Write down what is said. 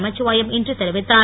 நமச்சிவாயம் இன்று தெரிவித்தார்